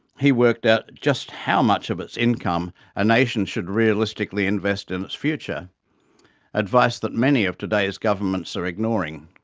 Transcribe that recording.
he worked out just how much of its income a nation should realistically invest in its future advice that many of today's governments are ignoring,